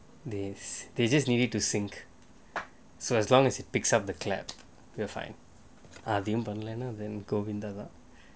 days it just needed to sync so as long as it picks up the clap they will be fine அதையும் பண்லனா முடிஞ்சதுதான்:athaiyum panlanaa mudinchatuthan